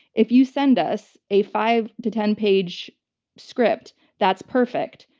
if you send us a five to ten page script that's perfect,